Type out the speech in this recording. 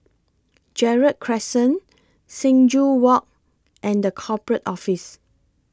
Gerald Crescent Sing Joo Walk and The Corporate Office